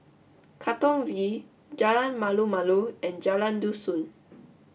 Katong V Jalan Malu Malu and Jalan Dusun